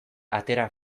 atera